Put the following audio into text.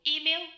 Email